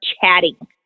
chatting